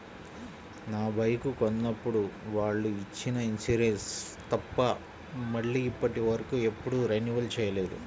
నా బైకు కొన్నప్పుడు వాళ్ళు ఇచ్చిన ఇన్సూరెన్సు తప్ప మళ్ళీ ఇప్పటివరకు ఎప్పుడూ రెన్యువల్ చేయలేదు